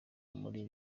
muri